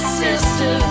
sister